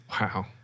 Wow